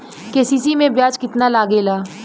KCC में ब्याज कितना लागेला?